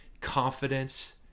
confidence